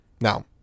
Now